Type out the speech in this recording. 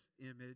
image